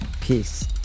Peace